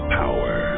power